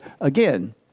again